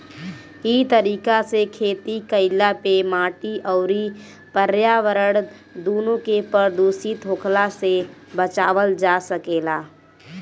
इ तरीका से खेती कईला पे माटी अउरी पर्यावरण दूनो के प्रदूषित होखला से बचावल जा सकेला